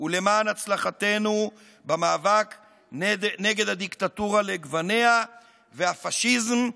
ולמען הצלחתנו במאבק נגד הדיקטטורה לגווניה והפשיזם.